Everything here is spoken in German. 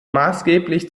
maßgeblich